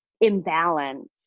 imbalance